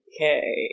Okay